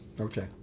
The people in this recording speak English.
Okay